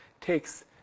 Takes